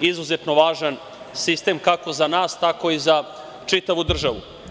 izuzetno važan sistem, kako za nas, tako i za čitavu državu.